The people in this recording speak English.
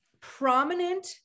prominent